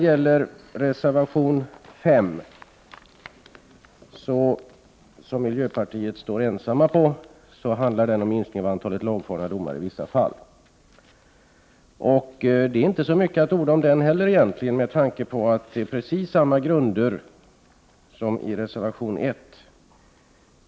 Miljöpartiet står ensamt bakom reservation nr 5. Den handlar om en minskning av antalet lagfarna domare i vissa fall. Det finns egentligen inte heller så mycket att orda om den reservationen med tanke på att grunden för reservation nr 5 är precis densamma som för reservation nr 1.